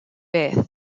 beth